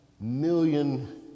million